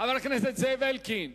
חבר הכנסת זאב אלקין.